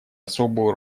особую